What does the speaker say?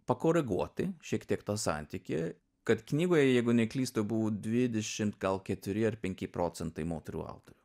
pakoreguoti šiek tiek tą santykį kad knygoje jeigu neklystu buvo dvidešimt gal keturi ar penki procentai moterų autorių